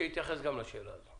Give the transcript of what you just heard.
שיתייחס גם לשאלה הזו.